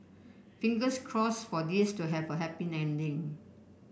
fingers crossed for this to have a happy ending